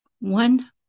one